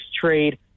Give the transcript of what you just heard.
trade